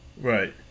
right